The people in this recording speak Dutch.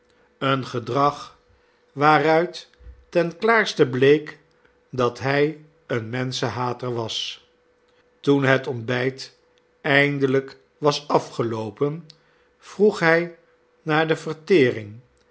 een gedrag waaruit ten klaarste bleek dat hij een menschenhater was toen het ontbijt eindelijk was afgeloopen vroeg hij naar de vertering